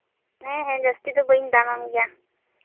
ᱦᱮᱸ ᱦᱮᱸ ᱡᱟᱹᱥᱛᱤ ᱫᱚ ᱵᱟᱹᱧ ᱫᱟᱢ ᱟᱢ ᱜᱮᱭᱟ